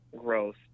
growth